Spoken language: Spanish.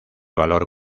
valor